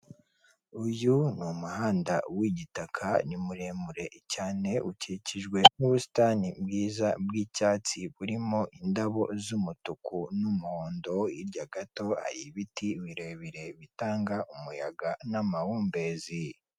uyu ni umuhanda w'igitaka ni muremure cyane ukikijwe n'ubusitani bwiza bw'icyatsi burimo indabo z'umutuku n'umuhondo hirya gato hari ibiti birebire bitanga umuyaga n'amahumbezi